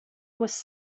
was